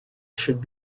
should